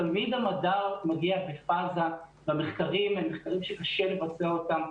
תמיד המדע מגיע בפאזה והמחקרים הם מחקרים שקשה לבצע אותם.